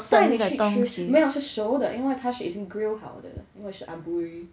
我带你去吃没有是熟的因为它是已经 grill 好的因为是 aburi